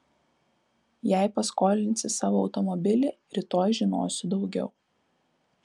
jei paskolinsi savo automobilį rytoj žinosiu daugiau